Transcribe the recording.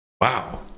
wow